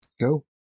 go